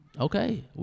Okay